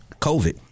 COVID